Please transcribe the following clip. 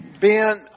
Ben